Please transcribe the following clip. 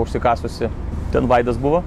užsikasusį ten vaidas buvo